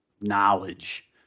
knowledge